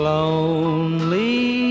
lonely